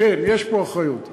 כן, יש פה אחריות.